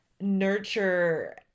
nurture